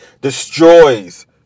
destroys